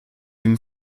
dem